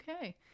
Okay